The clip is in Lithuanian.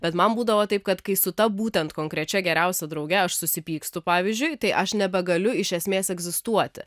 bet man būdavo taip kad kai su ta būtent konkrečia geriausia drauge aš susipykstu pavyzdžiui tai aš nebegaliu iš esmės egzistuoti